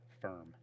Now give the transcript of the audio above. firm